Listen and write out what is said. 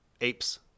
Apes